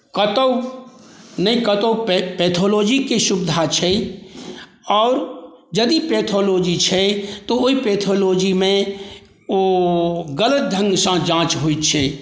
कतहुँ ने कतहुँ पैथोलॉजीके सुविधा छै आओर यदि पैथोलॉजी छै तऽ ओहि पैथोलॉजीमे ओ गलत ढ़ंगसँ जाँच होइ छै